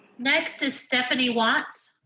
next is stephanie watts.